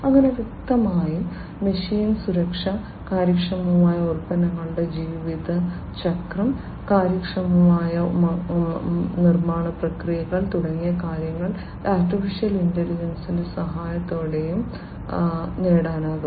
അങ്ങനെ വ്യക്തമായും മെഷീൻ സുരക്ഷ കാര്യക്ഷമമായ ഉൽപ്പന്നങ്ങളുടെ ജീവിതചക്രം കാര്യക്ഷമമായ നിർമ്മാണ പ്രക്രിയകൾ തുടങ്ങിയ കാര്യങ്ങൾ AI യുടെ സഹായത്തോടെ നേടാനാകും